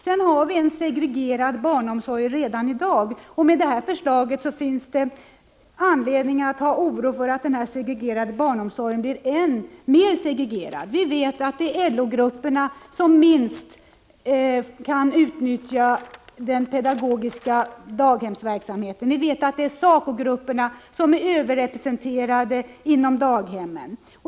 Vi har en segregerad barnomsorg redan i dag, och med detta förslag finns det anledning att vara oroad för att den segregerade barnomsorgen blir ännu mer segregerad. Vi vet att det är LO-grupperna som minst kan utnyttja den pedagogiska daghemsverksamheten. Vi vet att det är SACO-grupperna som är överrepresenterade inom daghemmen.